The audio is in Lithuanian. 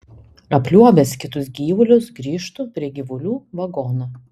apliuobęs kitus gyvulius grįžtu prie gyvulių vagono